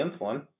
insulin